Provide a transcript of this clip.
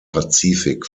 pazifik